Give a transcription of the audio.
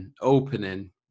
opening